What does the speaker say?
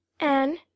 Anne